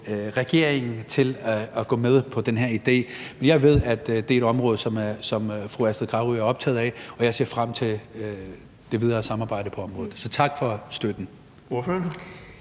regeringen til at gå med på den her idé. Jeg ved, at det er et område, som fru Astrid Carøe er optaget af, og jeg ser frem til det videre samarbejde på området. Så tak for støtten.